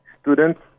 students